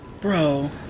bro